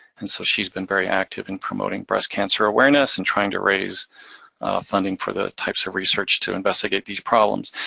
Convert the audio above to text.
and so she's been very active in promoting breast cancer awareness, and trying to raise funding for the types of research to investigate these problems.